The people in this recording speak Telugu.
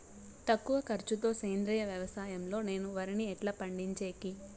తక్కువ ఖర్చు తో సేంద్రియ వ్యవసాయం లో నేను వరిని ఎట్లా పండించేకి?